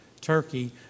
Turkey